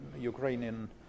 Ukrainian